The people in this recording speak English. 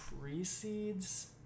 precedes